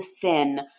thin